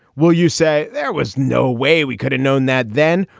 will you say there was no way we could've known that then?